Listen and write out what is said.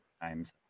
times